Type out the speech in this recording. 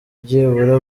byibura